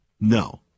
No